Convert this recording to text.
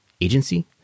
Agency